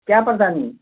क्या परेशानी है